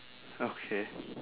okay